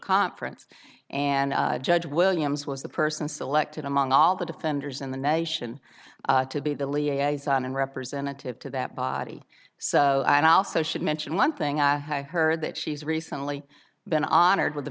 conference and judge williams was the person selected among all the defenders in the nation to be the liaison and representative to that body so i also should mention one thing i heard that she's recently been honored with a